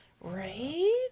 right